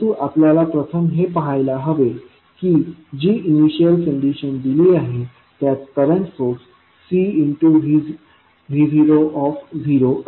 परंतु आपल्याला प्रथम हे पहायला हवे की जी इनिशियल कंडिशन दिली आहे त्यात करंट सोर्स Cv0असेल